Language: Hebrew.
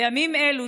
בימים אלו,